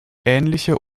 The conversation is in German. ähnliche